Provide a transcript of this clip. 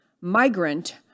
migrant